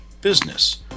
business